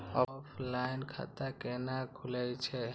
Offline खाता कैना खुलै छै?